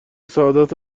سعادت